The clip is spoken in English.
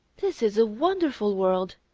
this is a wonderful world.